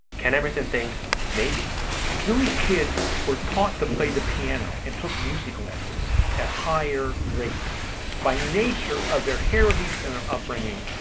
ken emmerson thinks maybe jewish kids were taught to play the piano and took musical lessons at higher rates by nature of their heritage and their upbringing.